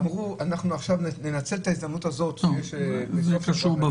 אמרו: ננצל את ההזדמנות הזאת --- זה קשור,